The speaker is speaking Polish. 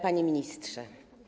Panie Ministrze!